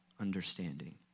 understanding